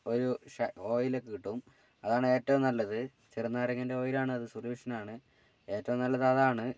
ഒരു ഓയിലൊക്കെ കിട്ടും അതാണ് ഏറ്റവും നല്ലത് ചെറുനാരങ്ങേൻ്റെ ഓയിലാണത് സൊല്യൂഷനാണ് ഏറ്റവും നല്ലതതാണ്